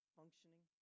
functioning